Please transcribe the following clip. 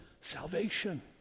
salvation